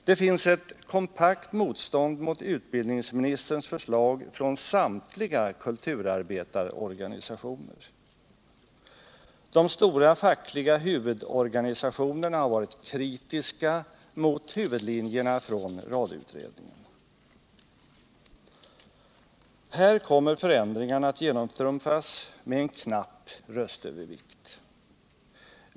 Det finns ett kompakt motstånd mot utbildningsministerns förslag från samtliga kulturarbetarorganisationer. De stora fackliga huvudorganisationerna har varit kritiska mot huvudlinjerna i radioutredningens betänkande. Här kommer förändringarna att genomtrumfas med en knapp röstövervikt.